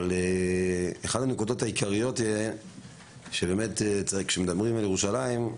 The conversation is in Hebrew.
אחת הנקודות העיקריות כשמדברים על ירושלים,